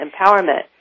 empowerment